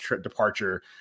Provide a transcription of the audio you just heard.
departure